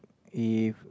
if